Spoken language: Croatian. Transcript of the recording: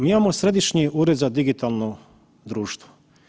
Mi imamo središnji ured za digitalno društvo.